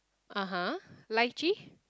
(aha) lychee